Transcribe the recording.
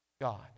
God